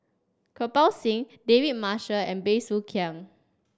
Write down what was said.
Kirpal Singh David Marshall and Bey Soo Khiang